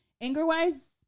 Anger-wise